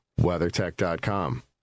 WeatherTech.com